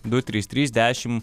du trys trys dešim